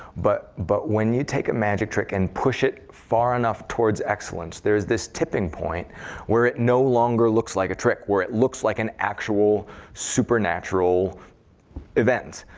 but but when you take a magic trick and push it far enough towards excellence, there is this tipping point where it no longer looks like a trick, where it looks like an actual supernatural event.